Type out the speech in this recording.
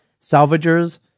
Salvagers